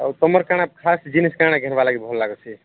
ଆଉ ତୁମର କ'ଣ ଖାସ୍ ଜିନିଷ କ'ଣ କିଣିବା ଲାଗି ଭଲ ଲାଗୁଛି